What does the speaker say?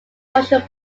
focal